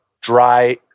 dry